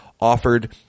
offered